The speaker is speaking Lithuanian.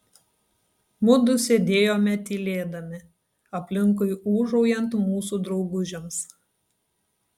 mudu sėdėjome tylėdami aplinkui ūžaujant mūsų draugužiams